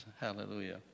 Hallelujah